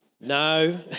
No